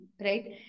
right